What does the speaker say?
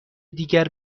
دیگر